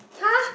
!huh!